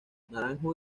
naranjo